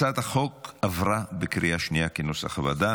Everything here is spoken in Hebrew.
הצעת החוק עברה בקריאה השנייה כנוסח הוועדה.